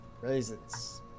raisins